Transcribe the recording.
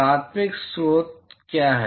प्राथमिक स्रोत क्या है